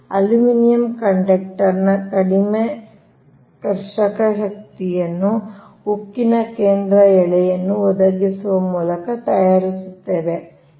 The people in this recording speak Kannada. ಅಲ್ಯೂಮಿನಿಯಂ ಕಂಡಕ್ಟರ್ನ ಕಡಿಮೆ ಕರ್ಷಕ ಶಕ್ತಿಯನ್ನು ಉಕ್ಕಿನ ಕೇಂದ್ರ ಎಳೆಯನ್ನು ಒದಗಿಸುವ ಮೂಲಕ ತಯಾರಿಸಲಾಗುತ್ತದೆ